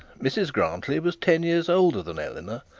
mrs grantly was ten years older than eleanor,